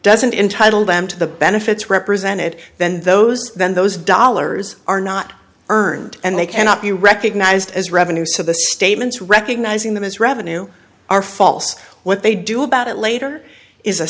doesn't entitle them to the benefits represented then those then those dollars are not earned and they cannot be recognized as revenue so the statements recognizing them as revenue are false what they do about it later is